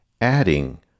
adding